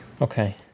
Okay